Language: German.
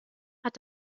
hat